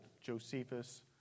Josephus